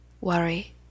worry